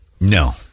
No